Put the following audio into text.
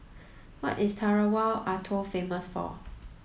what is Tarawa Atoll famous for